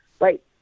wait